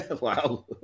Wow